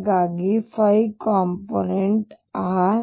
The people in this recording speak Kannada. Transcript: ಹಾಗಾಗಿ ಕಾಂಪೊನೆಂಟ್ r